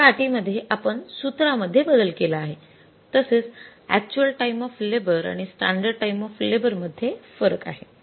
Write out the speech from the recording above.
दुसऱ्या अति मध्ये आपण सूत्र मध्ये बदल केला आहे तसेच अक्चुअल टाइम ऑफ लेबर आणि स्टॅंडर्ड टाइम ऑफ लेबर मध्ये फरक आहे